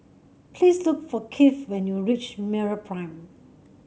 please look for Kieth when you reach MeraPrime